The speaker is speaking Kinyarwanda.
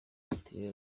biteye